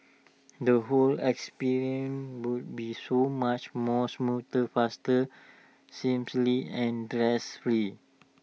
the whole experience would be so much more smoother faster and free